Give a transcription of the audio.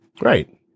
Right